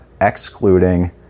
excluding